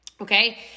Okay